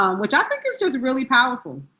um which i think is just really powerful.